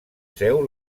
seu